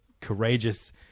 courageous